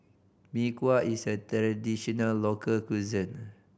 Mee Kuah is a traditional local cuisine